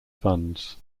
funds